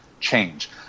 change